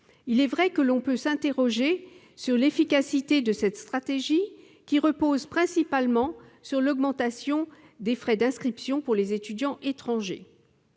Il est vrai que l'on peut s'interroger sur l'efficacité de cette stratégie, qui repose principalement sur l'augmentation des frais d'inscription pour les étudiants étrangers.